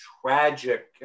tragic